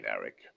Eric